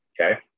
okay